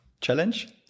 challenge